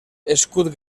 escut